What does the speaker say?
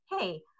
hey